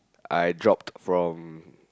I dropped from